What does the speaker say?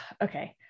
okay